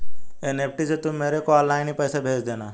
NEFT से तुम मेरे को ऑनलाइन ही पैसे भेज देना